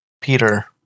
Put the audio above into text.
Peter